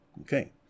Okay